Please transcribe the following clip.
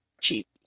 cheap